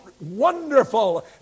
wonderful